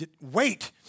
wait